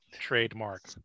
Trademark